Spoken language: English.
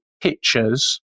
pictures